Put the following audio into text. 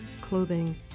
clothing